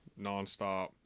nonstop